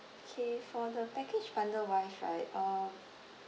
okay for the package bundle wise right uh